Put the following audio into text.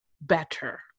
better